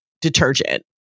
detergent